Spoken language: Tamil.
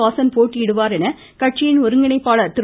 வாசன் போட்டியிடுவார் என கட்சியின் ஒருங்கிணைப்பாளர் திரு